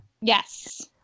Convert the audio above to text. Yes